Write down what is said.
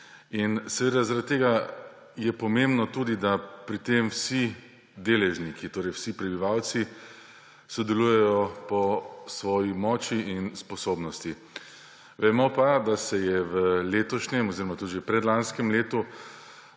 procese. Zaradi tega je pomembno tudi, da pri tem vsi deležniki, torej vsi prebivalci, sodelujejo po svoji moči in sposobnosti. Vemo pa, da se je v letošnjem oziroma tudi že predlanskem letu